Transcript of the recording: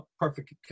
perfect